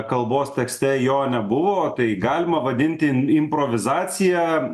kalbos tekste jo nebuvo tai galima vadinti improvizacija